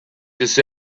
this